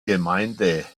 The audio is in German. gemeinde